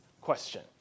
question